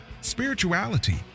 spirituality